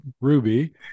Ruby